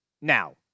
Now